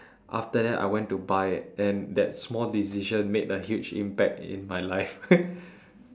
after that I went to buy it and that small decision made a huge impact in my life